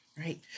right